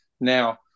now